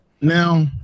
now